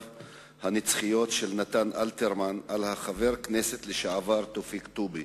הנצחיות של נתן אלתרמן על חבר הכנסת לשעבר תופיק טובי,